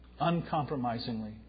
uncompromisingly